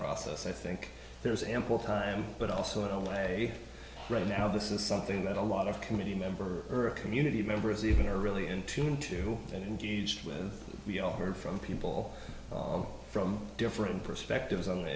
process i think there's ample time but also i don't i right now this is something that a lot of committee member earth community members even are really in tune to that engaged with we all heard from people from different perspectives on th